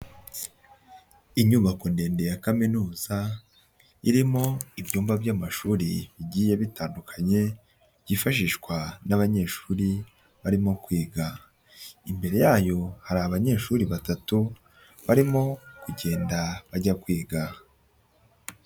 Inyubako ndende ya kaminuza ,irimo ibyumba by'amashuri bigiye bitandukanye ,byifashishwa n'abanyeshuri barimo kwiga, imbere yayo hari abanyeshuri batatu, barimo kugenda bajya kwiga.